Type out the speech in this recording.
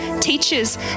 teachers